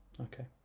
Okay